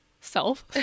self